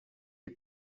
est